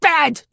Bad